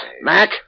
Mac